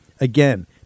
again